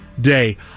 day